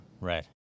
Right